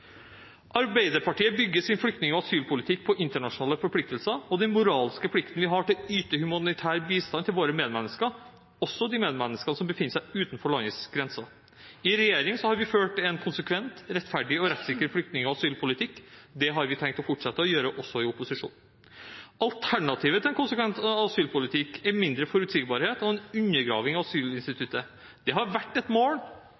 Arbeiderpartiet bygger sin flyktning- og asylpolitikk på internasjonale forpliktelser og den moralske plikt vi har til å yte humanitær bistand til våre med medmennesker, også medmennesker som befinner seg utenfor landets grenser. I regjering har vi ført en konsekvent, rettferdig og rettssikker flyktning- og asylpolitikk. Det har vi tenkt å fortsette å gjøre også i opposisjon. Alternativet til en konsekvent asylpolitikk er mindre forutsigbarhet og en undergraving av asylinstituttet. Det har vært et mål